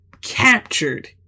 captured